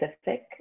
specific